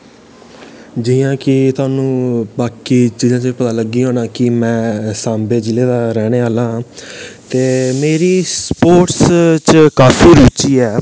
जि'यां कि तुआनूं बाकी चीजां च पता लग्गियां होनियां कि मैं सांबे जि'ले दा रौह्ने आह्ला ते मेरी स्पोर्टस च काफी रुची ऐ